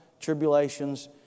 tribulations